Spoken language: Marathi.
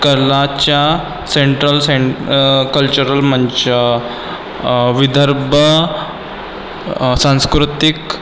कलाच्या सेंट्रल सेन कल्चरल मंच विदर्भ सांस्कृतिक